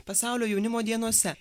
pasaulio jaunimo dienose